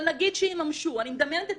אבל נגיד שיממשו, אני מדמיינת את